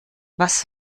was